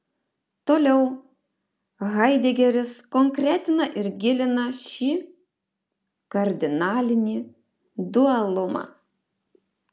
toliau haidegeris konkretina ir gilina šį kardinalinį dualumą